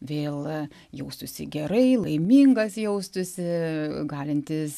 vėl jaustųsi gerai laimingas jaustųsi galintis